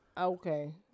Okay